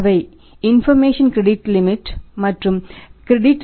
அவை information credit limit